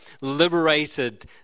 liberated